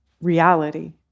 reality